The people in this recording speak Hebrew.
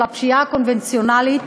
של הפשיעה הקונבנציונלית,